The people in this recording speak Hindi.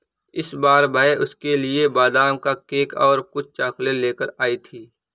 इस बार वह उसके लिए बादाम का केक और कुछ चॉकलेट लेकर आई थी